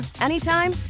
anytime